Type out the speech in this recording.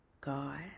God